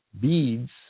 beads